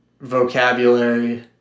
vocabulary